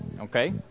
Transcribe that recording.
Okay